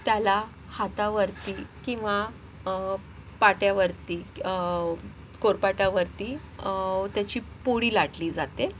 त्याला हातावरती किंवा पाट्यावरती कोरपाटावरती त्याची पोळी लाटली जाते